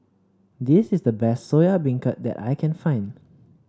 this is the best Soya Beancurd that I can find